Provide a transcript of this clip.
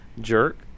jerk